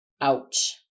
Ouch